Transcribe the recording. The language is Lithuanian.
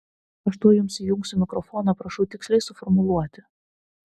aš tuoj jums įjungsiu mikrofoną prašau tiksliai suformuluoti